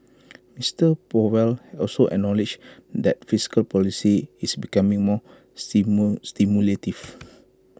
Mister powell also acknowledged that fiscal policy is becoming more stimulative